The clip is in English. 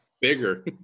bigger